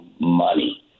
money